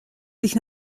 sich